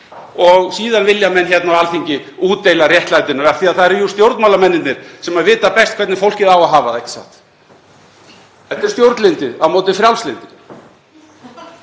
og síðan vilja menn hérna á Alþingi útdeila réttlætinu af því það eru jú stjórnmálamennirnir sem vita best hvernig fólkið á að hafa það, ekki satt? Þetta er stjórnlyndið á móti frjálslyndinu.